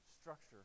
structure